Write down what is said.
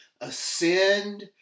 ascend